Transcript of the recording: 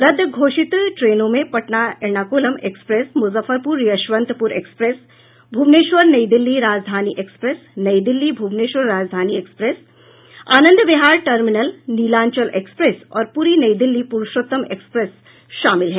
रद्द घोषित ट्रेनों में Patna Ernakulam express Muzaffarpur Yesvantpur express Bhubaneswar New Delhi Rajdhani express New Delhi Bhubaneswar Rajdhani express Anand Vihar terminal Nilanchal express और पूरी नई दिल्ली पुरुषोत्तम एक्सप्रेस शामिल हैं